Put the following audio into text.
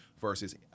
versus